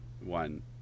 One